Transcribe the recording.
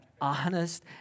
honest